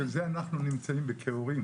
בשביל זה אנחנו נמצאים פה כהורים